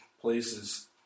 places